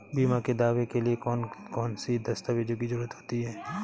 बीमा के दावे के लिए कौन कौन सी दस्तावेजों की जरूरत होती है?